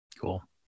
Cool